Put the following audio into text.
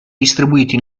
distribuiti